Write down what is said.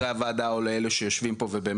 הכוונה לא לחברי הוועדה או לאלו שיושבים פה ובאמת